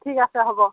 ঠিক আছে হ'ব